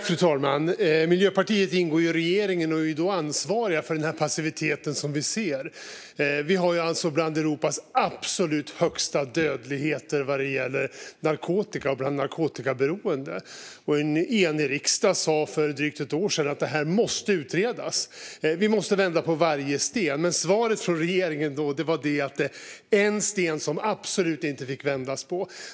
Fru talman! Miljöpartiet ingår i regeringen, och partiet är då ansvarigt för passiviteten. Sverige har den bland Europas länder absolut högsta dödligheten hos narkotikaberoende. En enig riksdag sa för drygt ett år sedan att frågan måste utredas. Vi måste vända på varje sten. Men svaret från regeringen var då att det var en sten som absolut inte fick vändas.